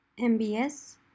MBS